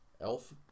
Elf